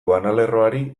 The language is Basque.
banalerroari